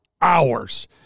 hours